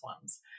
ones